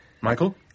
Michael